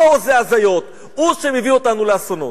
הוא הוזה הזיות, הוא שמביא אותנו לאסונות.